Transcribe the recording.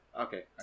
okay